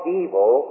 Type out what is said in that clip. evil